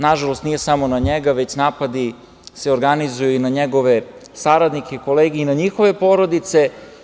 Nažalost, nisu samo na njega, već se napadi organizuju i na njegove saradnike, kolege i na njihove porodice.